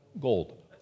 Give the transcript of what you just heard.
Gold